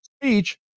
speech